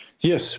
Yes